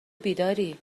بیداری